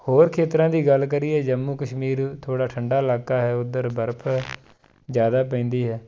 ਹੋਰ ਖੇਤਰਾਂ ਦੀ ਗੱਲ ਕਰੀਏ ਜੰਮੂ ਕਸ਼ਮੀਰ ਥੋੜ੍ਹਾ ਠੰਡਾ ਇਲਾਕਾ ਹੈ ਉੱਧਰ ਬਰਫ਼ ਜ਼ਿਆਦਾ ਪੈਂਦੀ